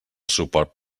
suport